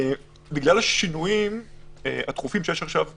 בגלל השינויים התכופים שיש עכשיו באירופה,